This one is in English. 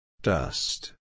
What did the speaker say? Dust